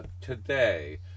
Today